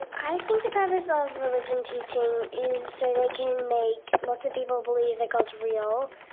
i think the purpose of religion teaching is so they can make lots of people believe that god's real,